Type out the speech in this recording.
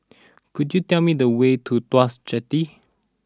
could you tell me the way to Tuas Jetty